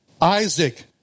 Isaac